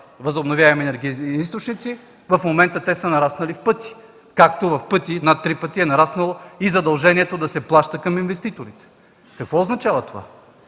възобновяеми енергийни източници, а в момента те са нараснали с пъти, както над три пъти е нараснало и задължението да се плаща към инвеститорите. Какво означава това?